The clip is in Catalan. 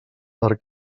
per